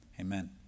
amen